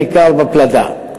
בעיקר בפלדה.